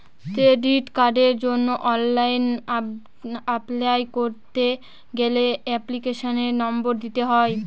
credit কার্ডের জন্য online apply করতে গেলে এপ্লিকেশনের নম্বর দিতে হয়